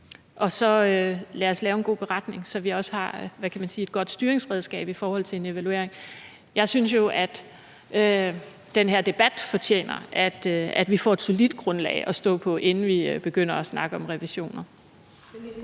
og få lavet en god beretning, så vi også har et, hvad kan man sige, et godt styringsredskab i forhold til en evaluering. Jeg synes jo, af den her debat fortjener, at vi får et solidt grundlag at stå på, inden vi begynder at snakke om revisioner.